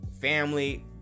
family